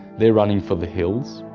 they're running for the hills,